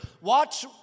Watch